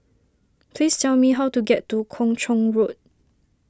please tell me how to get to Kung Chong Road